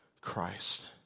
Christ